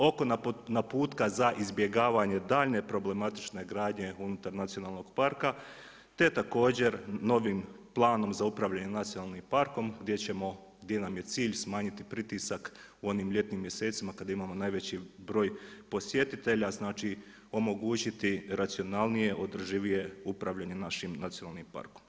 Oko naputka za izbjegavanje daljnje problematične gradnje unutar nacionalnog parka, te također novim planom za upravljanjem nacionalnim parkom, gdje nam je cilj smanjiti pritisak u onim ljetnim mjesecima, kada imamo najveći broj posjetitelja, znači, omogućiti racionalnije održivije upravljanje našim nacionalnim parkom.